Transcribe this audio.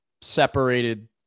separated